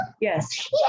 Yes